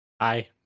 Hi